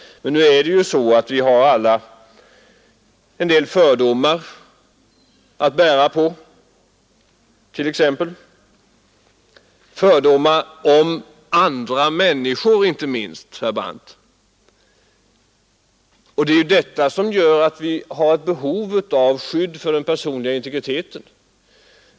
Men vi har alla en del fördomar att bära på, inte minst fördomar om andra människor, herr Brandt! Och det är det som gör att vi har ett behov av skydd för den personliga integriteten.